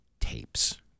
tapes